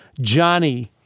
Johnny